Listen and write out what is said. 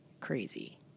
crazy